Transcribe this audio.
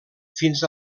fins